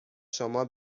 شما